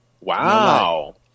Wow